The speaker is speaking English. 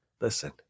Listen